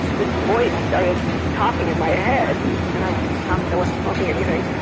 this voice started talking in my head, and i promise i wasn't smoking anything!